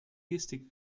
gestik